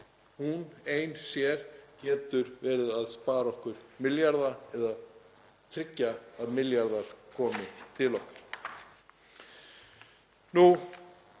hún ein og sér getur verið að spara okkur milljarða eða tryggja að milljarðar komi til okkar.